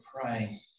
praying